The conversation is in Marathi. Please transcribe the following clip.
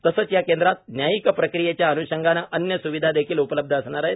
तसेच या केंद्रात न्यायिक प्रक्रियेच्या अन्षंगाने अन्य स्विधा देखील उपलब्ध असणार आहेत